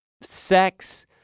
sex